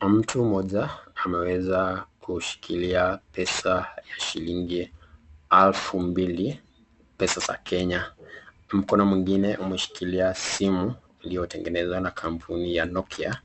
Mtu moja ameweza kushikilia pesa ya shilingi elfu mbili pesa za Kenya. Mkono mwingine umeshikilia simu iliyotengenezwa na kampuni ya Nokia.